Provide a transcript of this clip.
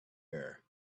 air